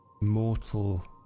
mortal